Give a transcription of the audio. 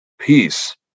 peace